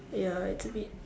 ya it's a bit